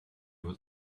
with